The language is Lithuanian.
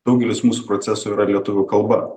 daugelis mūsų procesų yra lietuvių kalba